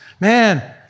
man